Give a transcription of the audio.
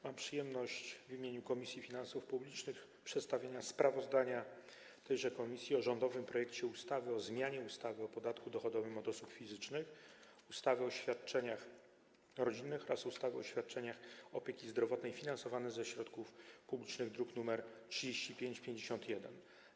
Mam przyjemność przedstawienia w imieniu Komisji Finansów Publicznych sprawozdania tejże komisji o rządowym projekcie ustawy o zmianie ustawy o podatku dochodowym od osób fizycznych, ustawy o świadczeniach rodzinnych oraz ustawy o świadczeniach opieki zdrowotnej finansowanych ze środków publicznych, druk nr 3551.